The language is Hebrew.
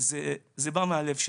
זה בא מהלב שלי.